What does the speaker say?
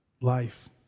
life